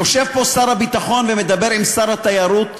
יושב פה שר הביטחון ומדבר עם שר התיירות,